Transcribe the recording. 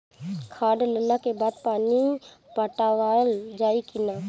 खाद डलला के बाद पानी पाटावाल जाई कि न?